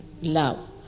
love